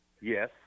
Yes